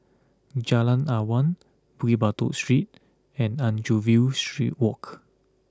Jalan Awan Bukit Batok Street and Anchorvale Street Walk